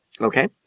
Okay